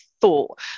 thought